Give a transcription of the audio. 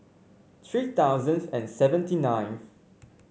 three thousands and seventy ninth